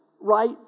right